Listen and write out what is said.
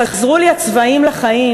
"חזרו לי הצבעים לחיים,